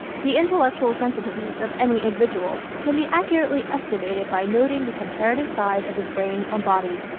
the intellectual sensitiveness of any individual can be accurately estimated by noting the comparative size of his brain and body.